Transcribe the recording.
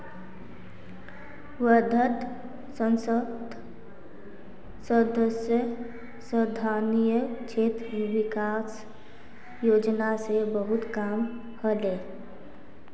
वर्धात संसद सदस्य स्थानीय क्षेत्र विकास योजना स बहुत काम ह ले